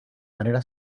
manera